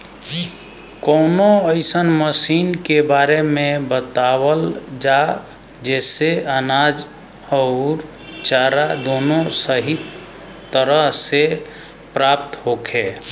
कवनो अइसन मशीन के बारे में बतावल जा जेसे अनाज अउर चारा दोनों सही तरह से प्राप्त होखे?